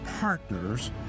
partners